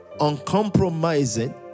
uncompromising